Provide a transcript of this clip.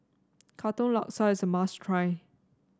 Katong Laksa is a must try